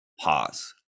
Pause